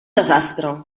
desastre